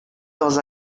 dans